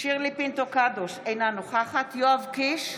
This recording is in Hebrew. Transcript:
שירלי פינטו קדוש, אינה נוכחת יואב קיש,